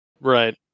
Right